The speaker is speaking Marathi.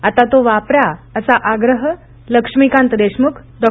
आता तो वापरा असा आग्रह लक्ष्मीकांत देशमुख डॉ